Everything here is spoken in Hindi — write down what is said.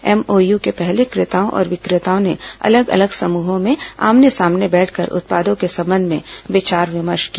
एमओयू के पहले क्रेताओं और विक्रेताओं ने अलग अलग समूहों में आमने सामने बैठकर उत्पादों के संबंध में विचार विमर्श किया